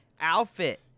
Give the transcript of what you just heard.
outfit